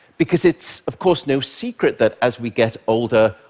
because it's of course no secret that, as we get older,